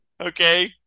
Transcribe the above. Okay